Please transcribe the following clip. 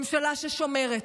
ממשלה ששומרת,